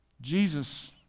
Jesus